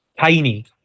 tiny